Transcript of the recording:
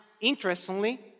interestingly